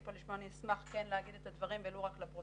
כאן לשמוע אני אשמח לומר את הדברים ולו רק לפרוטוקול.